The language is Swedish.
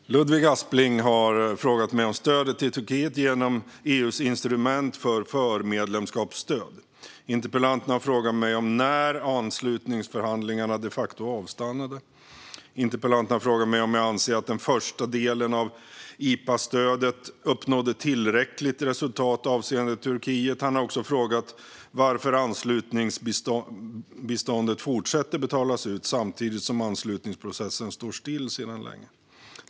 Fru talman! Ludvig Aspling har frågat mig om stödet till Turkiet genom EU:s instrument för förmedlemskapsstöd, IPA. Interpellanten har frågat mig om när anslutningsförhandlingarna de facto avstannade. Interpellanten har frågat mig om jag anser att den första delen av IPA-stödet uppnådde tillräckliga resultat avseende Turkiet. Han har också frågat mig varför anslutningsbiståndet fortsätter att betalas ut samtidigt som anslutningsprocessen står still sedan länge.